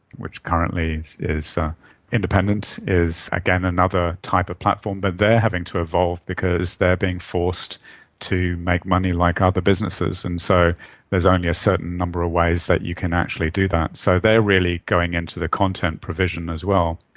which currently is independent, is again another type of platform that but they are having to evolve because they are being forced to make money like other businesses, and so there's only a certain number of ways that you can actually do that. so they are really going into the content provision as well.